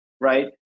right